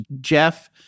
Jeff